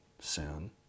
sin